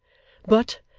but,